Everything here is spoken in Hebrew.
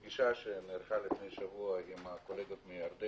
רק מילה אחת: בפגישה שנערכה לפני שבוע עם הקולגות מירדן